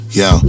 yo